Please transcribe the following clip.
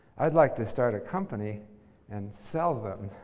i'd like to start a company and sell them.